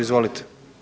Izvolite.